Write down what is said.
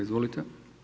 Izvolite.